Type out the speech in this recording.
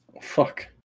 Fuck